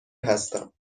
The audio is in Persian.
هستم